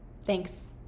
Thanks